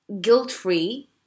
guilt-free